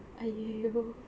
!aiyoyo!